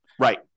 Right